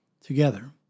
Together